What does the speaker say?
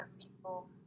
people